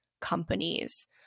companies